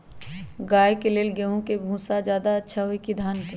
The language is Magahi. गाय के ले गेंहू के भूसा ज्यादा अच्छा होई की धान के?